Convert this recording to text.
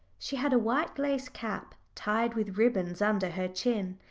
she had a white lace cap, tied with ribbons under her chin,